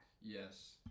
yes